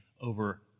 over